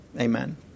Amen